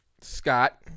Scott